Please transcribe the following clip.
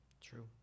True